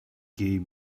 gay